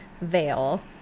veil